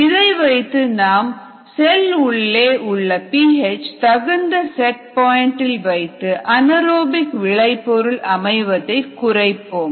இதை வைத்து நாம் செல் உள்ளே உள்ள பி ஹெச் தகுந்த செட் பாயிண்டில் வைத்து அனேறோபிக் விளை பொருள் அமைவதை குறைப்போம்